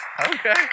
Okay